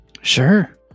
Sure